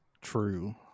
True